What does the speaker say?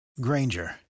Granger